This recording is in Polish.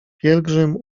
pielgrzym